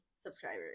subscribers